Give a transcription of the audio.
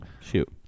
shoot